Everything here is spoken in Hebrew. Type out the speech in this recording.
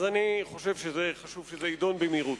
אז אני חושב שחשוב שזה יידון במהירות.